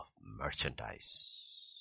merchandise